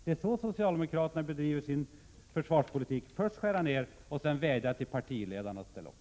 Det är så socialdemokraterna bedriver sin försvarspolitik: Först skär man ned, och sedan vädjar man till partiledarna att ställa upp.